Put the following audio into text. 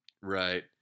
right